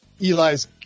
Eli's